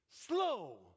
Slow